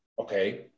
okay